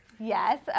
Yes